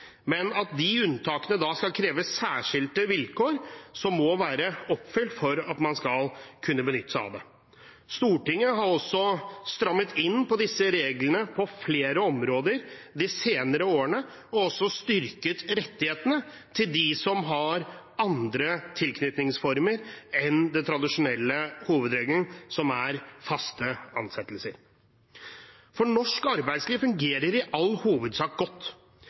men at unntakene da skal kreve at særskilte vilkår må være oppfylt for at man skal kunne benytte seg av det. Stortinget har strammet inn på disse reglene på flere områder de senere årene og har også styrket rettighetene til dem som har andre tilknytningsformer enn den tradisjonelle hovedregelen, som er faste ansettelser. Norsk arbeidsliv fungerer i all hovedsak godt,